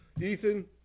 Ethan